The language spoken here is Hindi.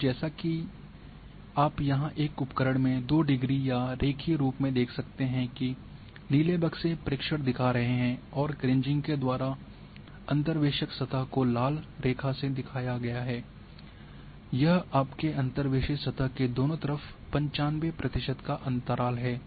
और जैसा कि आप यहां एक उपकरण में दो डिग्री या एक रेखीय रूप में देख सकते हैं कि ये नीले बक्से प्रेक्षण दिखा रहे हैं और क्रीजिंग के द्वारा अंतर्वेशक सतह को लाल रेखा से दिखाया गया है और यह आपके अंतर्वेशित सतह के दोनों तरफ 95 प्रतिशत का अंतराल है